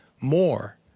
more